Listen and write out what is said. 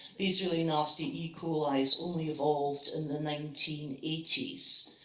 these really nasty e. colis only evolved in the nineteen eighty s.